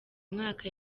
umwaka